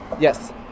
Yes